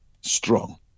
strong